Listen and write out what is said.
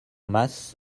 mas